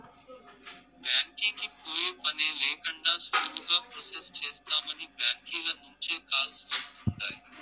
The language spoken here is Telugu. బ్యాంకీకి పోయే పనే లేకండా సులువుగా ప్రొసెస్ చేస్తామని బ్యాంకీల నుంచే కాల్స్ వస్తుండాయ్